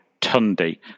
Tundi